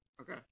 Okay